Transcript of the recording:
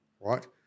right